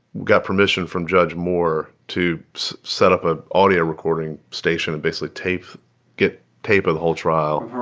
got permission from judge moore to set up a audio recording station and basically tape get tape of the whole trial